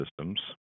systems